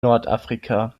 nordafrika